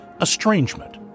estrangement